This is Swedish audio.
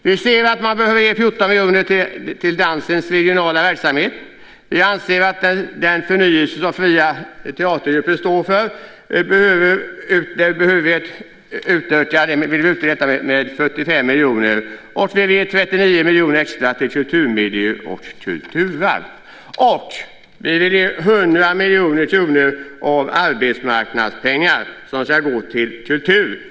Vi anser att man behöver ge 14 miljoner kronor till dansens regionala verksamhet. Vi anser att fria teatergrupper står för en förnyelse, och vi vill ge dem ett ökat stöd på 45 miljoner kronor. Och vi vill ge 39 miljoner kronor extra till kulturmiljö och kulturarv. Vi vill också ge 100 miljoner kronor av arbetsmarknadspengarna till kulturen.